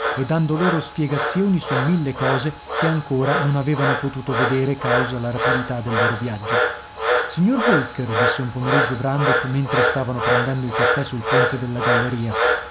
e dando loro spiegazioni su mille cose che ancora non avevano potuto vedere causa la rapidità del loro viaggio signor holker disse un pomeriggio brandok mentre stavano prendendo il caffè sul ponte della galleria